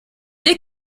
est